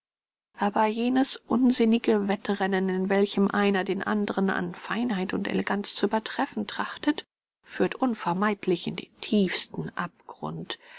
aber jenes unsinnige wettrennen in welchem einer den anderen an feinheit und eleganz zu übertreffen trachtet führt unvermeidlich in den tiefsten abgrund